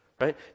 right